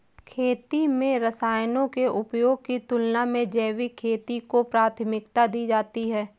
खेती में रसायनों के उपयोग की तुलना में जैविक खेती को प्राथमिकता दी जाती है